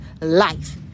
life